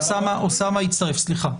אוסאמה הצטרף, סליחה.